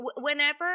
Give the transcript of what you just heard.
whenever